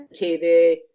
TV